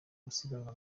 gusiganwa